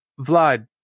Vlad